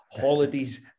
holidays